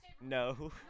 No